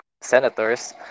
senators